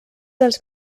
els